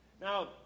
Now